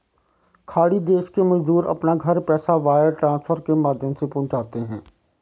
खाड़ी देश के मजदूर अपने घर पैसा वायर ट्रांसफर के माध्यम से पहुंचाते है